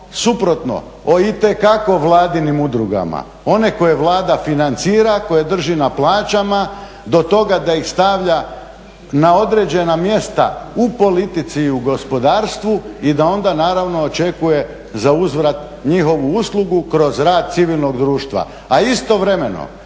suprotno o itekako vladinim udrugama, one koja Vlada financira, koje drži na plaćama do toga da ih stavlja na određena mjesta u politici i u gospodarstvu i da onda naravno očekuje za uzvrat njihovu uslugu kroz rad civilnog društva. A istovremeno